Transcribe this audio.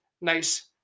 nice